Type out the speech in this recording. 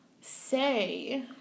say